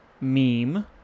meme